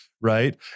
Right